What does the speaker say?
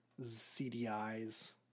CDIs